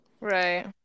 Right